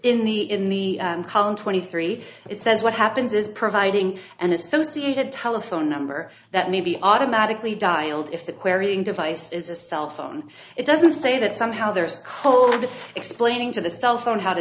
in the in the any three it says what happens is providing an associated telephone number that may be automatically dialed if the querrey in device is a cell phone it doesn't say that somehow there's colbert explaining to the cell phone how to